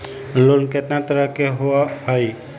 Loan केतना तरह के होअ हई?